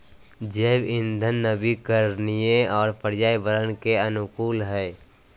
जैव इंधन नवीकरणीय और पर्यावरण के अनुकूल हइ